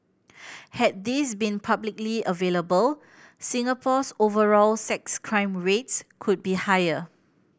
had these been publicly available Singapore's overall sex crime rates could be higher